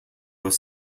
was